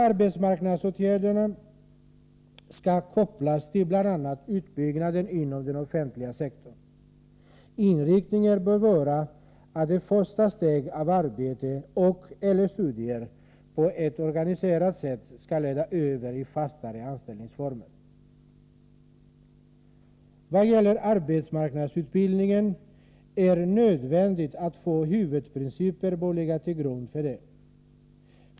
Arbetsmarknadsåtgärderna skall kopplas till bl.a. utbyggnaden inom den offentliga sektorn. Inriktningen bör vara att ett första steg av arbete eller studier på ett organiserat sätt skall leda över till fastare anställningsformer. Vad gäller arbetsmarknadsutbildningen är det nödvändigt att två huvudprinciper ligger till grund.